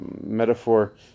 metaphor